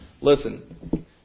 Listen